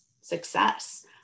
success